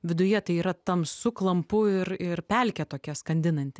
viduje tai yra tamsu klampu ir ir pelkė tokia skandinanti